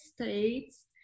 states